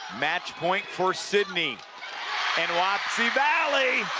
match point for sidney and wapsie valley,